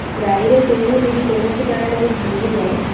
ଗାଈର ଶିଙ୍ଘ ଯଦି କୌଣସି କାରଣରୁ ଭାଙ୍ଗିଯାଏ